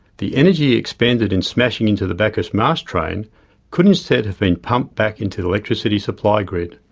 the energy expended in smashing into the bacchus marsh train could instead have been pumped back into the electricity supply grid.